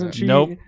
Nope